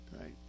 right